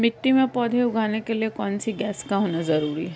मिट्टी में पौधे उगाने के लिए कौन सी गैस का होना जरूरी है?